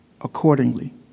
accordingly